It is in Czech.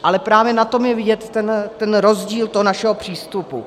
Ale právě na tom je vidět ten rozdíl toho našeho přístupu.